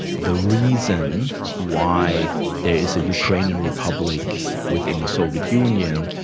the reason why there is a ukrainian republic within the soviet union,